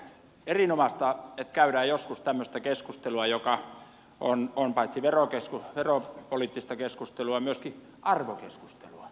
erinomaista että käydään joskus tämmöistä keskustelua joka on paitsi veropoliittista keskustelua myöskin arvokeskustelua